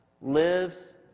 lives